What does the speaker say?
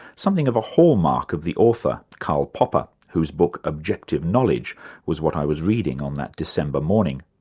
something of a hallmark of the author, karl popper, whose book objective knowledge was what i was reading on that december morning.